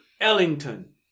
Ellington